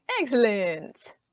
Excellent